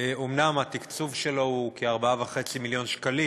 אומנם התקצוב שלו הוא כ-4.5 מיליון שקלים,